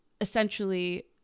essentially